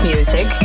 Music